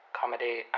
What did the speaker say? comedy